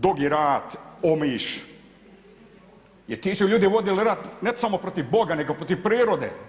Dugi Rat, Omiš jer ti su ljudi vodili rat ne samo protiv Boga nego protiv prirode.